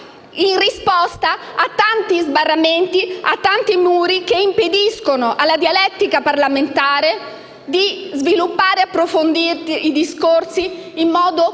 in risposta ai tanti sbarramenti, ai tanti muri che impediscono alla dialettica parlamentare di sviluppare e approfondire i discorsi in modo